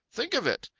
think of it!